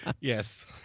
Yes